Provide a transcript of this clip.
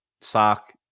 sock